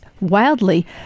wildly